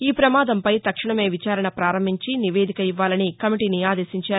ఈ ప్రమాదంపై తక్షణమే విచారణ పారంభించి నివేదిక ఇవ్వాలని కమిటీని ఆదేశించారు